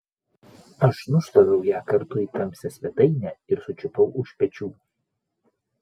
aš nušlaviau ją kartu į tamsią svetainę ir sučiupau už pečių